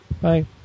Bye